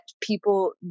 people